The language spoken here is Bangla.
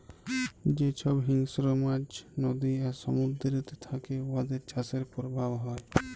যে ছব হিংস্র মাছ লদী আর সমুদ্দুরেতে থ্যাকে উয়াদের চাষের পরভাব হ্যয়